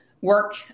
work